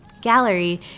gallery